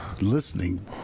listening